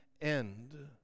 end